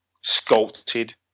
sculpted